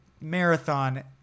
marathon